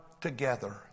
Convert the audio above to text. together